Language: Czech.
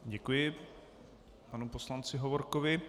Děkuji panu poslanci Hovorkovi.